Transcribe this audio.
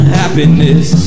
happiness